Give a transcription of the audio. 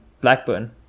Blackburn